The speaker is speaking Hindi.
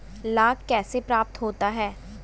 लाख कैसे प्राप्त होता है?